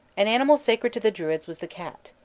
an animal sacred to the druids was the cat.